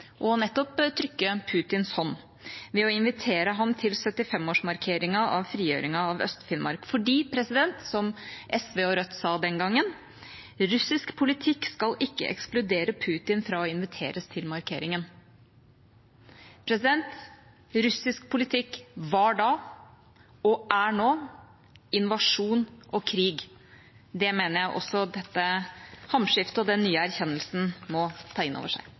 nettopp å trykke Putins hånd ved å invitere ham til 75-årsmarkeringen av frigjøringen av Øst-Finnmark, fordi, som SV og Rødt sa den gangen, «russisk politikk ikke skal ekskludere Vladimir Putin fra å inviteres til markeringen ». Russisk politikk var da, og er nå, invasjon og krig. Det mener jeg dette hamskiftet og den nye erkjennelsen også må ta inn over seg.